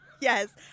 Yes